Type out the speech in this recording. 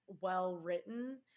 well-written